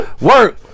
Work